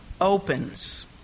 opens